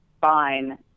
fine